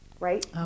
right